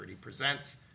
presents